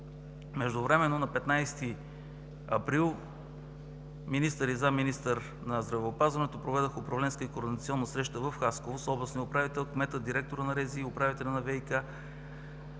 Междувременно на 15 април министър и заместник-министър на здравеопазването проведоха управленска и координационна среща в Хасково с областния управител, кмета, директора на РЗИ и управителя на ВиК,